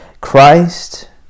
Christ